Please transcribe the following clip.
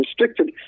restricted